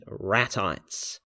ratites